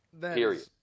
Period